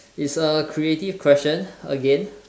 it's a creative question again